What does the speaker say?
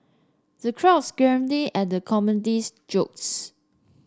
the crowds at the comedian's jokes